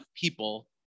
people